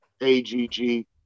AGG